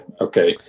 Okay